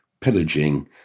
pillaging